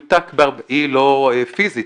אמנם לא פיזית,